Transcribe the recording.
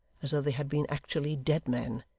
as though they had been actually dead men,